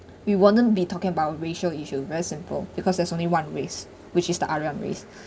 we wouldn't be talking about racial issue very simple because there's only one race which is the aryan race